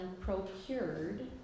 procured